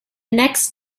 next